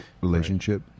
relationship